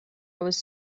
was